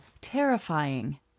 terrifying